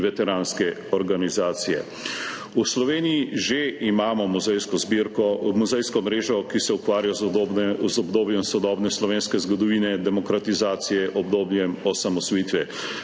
in veteranske organizacije. V Sloveniji že imamo muzejsko mrežo, ki se ukvarja z obdobjem sodobne slovenske zgodovine, demokratizacije, obdobjem osamosvojitve.